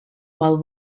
while